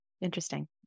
Interesting